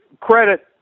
credit